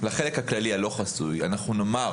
לחלק הכללי הלא חסוי, אנחנו נאמר